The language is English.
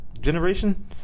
generation